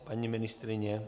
Paní ministryně?